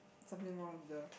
something wrong with the